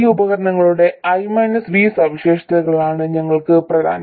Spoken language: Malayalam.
ഈ ഉപകരണങ്ങളുടെ I V സവിശേഷതകളാണ് ഞങ്ങൾക്ക് പ്രധാനം